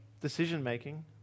decision-making